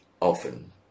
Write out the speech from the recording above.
often